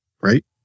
right